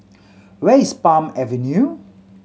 where is Palm Avenue